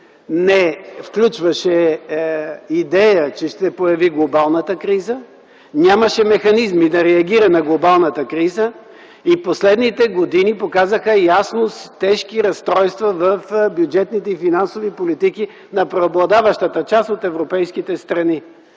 не включваше идея, че ще се появи глобалната криза, нямаше механизми да реагира на глобалната криза и последните години показаха ясно тежки разстройства в бюджетните и финансови политики на преобладаващата част от европейските страни.